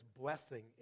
blessing